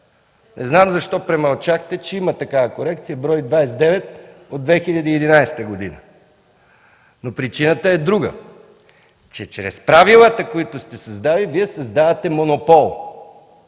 Не знам защо премълчахте, че има такава корекция в брой 29 от 2011 г. Но причината е друга – че чрез правилата, които сте създали, Вие създавате монопол.